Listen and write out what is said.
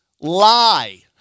lie